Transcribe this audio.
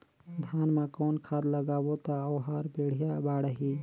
धान मा कौन खाद लगाबो ता ओहार बेडिया बाणही?